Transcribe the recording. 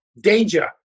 danger